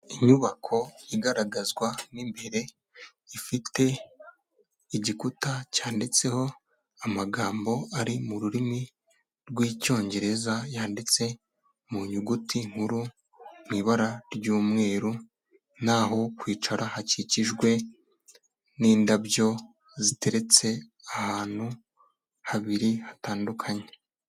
Inyubako igaragazwa mo imbere, ifite igikuta cyanditseho amagambo ari mu rurimi rw'icyongereza, yanditse mu nyuguti nkuru mu ibara ry'umweru n'aho kwicara hakikijwe n'indabyo ziteretse ahantu habiri hatandukanye.